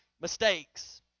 mistakes